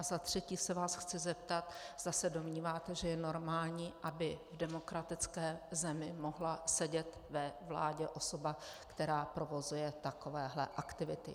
A za třetí se vás chci zeptat, zda se domníváte, že je normální, aby v demokratické zemi mohla sedět ve vládě osoba, která provozuje takovéhle aktivity.